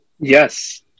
yes